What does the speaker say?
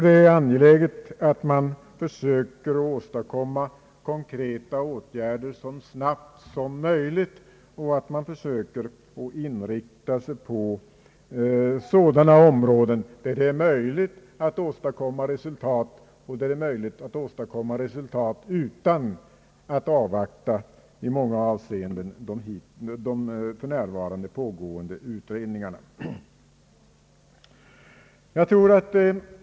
Det är angeläget att konkreta åtgärder vidtas så snabbt som möjligt och att vi inriktar oss på sådana områden där det är möjligt att åstadkomma resultat — utan att avvakta pågående utredningar.